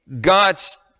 God's